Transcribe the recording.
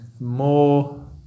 more